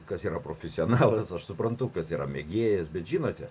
kas yra profesionalas aš suprantu kas yra mėgėjas bet žinote